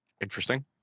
interesting